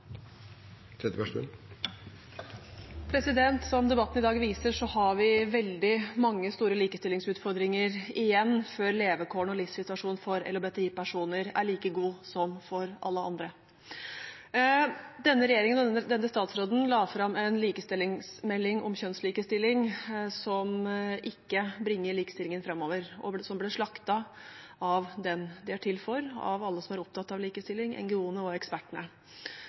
replikkordskifte. Som debatten i dag viser, har vi veldig mange store likestillingsutfordringer igjen før levekårene og livssituasjonene for LHBTI-personer er like gode som for alle andre. Denne regjeringen og denne statsråden la fram en likestillingsmelding om kjønnslikestilling som ikke bringer likestillingen framover, og som ble slaktet av dem den er til for, av alle som er opptatt av likestilling, NGO-ene og ekspertene.